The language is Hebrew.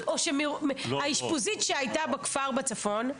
או שהאשפוזית שהייתה בכפר בפון,